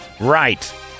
Right